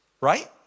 Right